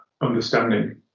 understanding